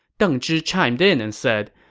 deng zhi chimed in and said,